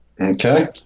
Okay